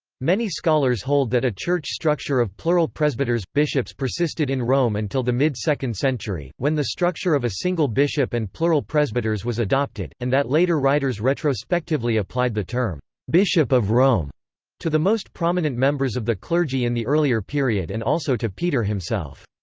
many scholars hold that a church structure of plural presbyters bishops persisted in rome until the mid second century, when the structure of a single bishop and plural presbyters was adopted, and that later writers retrospectively applied the term bishop of rome to the most prominent members of the clergy in the earlier period and also to peter himself.